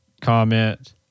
comment